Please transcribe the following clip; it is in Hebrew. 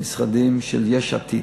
משרדים של יש עתיד.